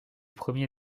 premiers